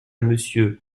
monsieur